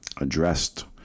addressed